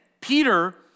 Peter